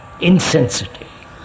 insensitive